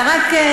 אתה רק,